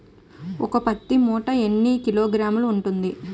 ఒక పత్తి మూట ఎన్ని కిలోగ్రాములు ఉంటుంది?